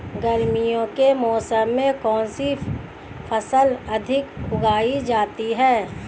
गर्मियों के मौसम में कौन सी फसल अधिक उगाई जाती है?